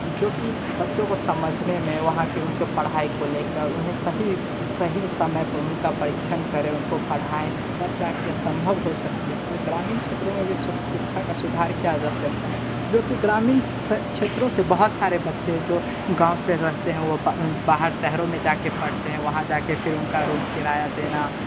जो कि बच्चों को समझने में वहाँ के उनके पढ़ाई को लेकर उन्हें सही सही समय पर उनका परीक्षण करें उनको पढ़ाएँ तब जाके संभव हो सकती है और ग्रामीण क्षेत्रों में भी शिक्षा का सुधार किया जा सकता है जो कि ग्रामीण क्षेत्रों से बहुत सारे बच्चे जो गाँव से रहते हैं वो बाहर शहरों में जाके पढ़ते हैं वहाँ जाके फिर उनका रूम किराया देना